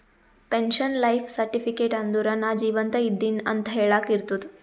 pension life certificate ಅಂದುರ್ ನಾ ಜೀವಂತ ಇದ್ದಿನ್ ಅಂತ ಹೆಳಾಕ್ ಇರ್ತುದ್